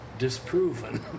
Disproven